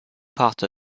part